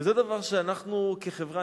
וזה דבר שאנחנו כחברה,